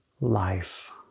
life